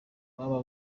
baba